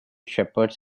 shepherds